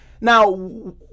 Now